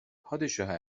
پادشاه